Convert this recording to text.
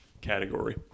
category